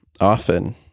often